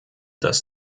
das